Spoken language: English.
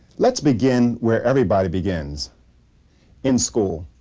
let's begin where everybody begins in school.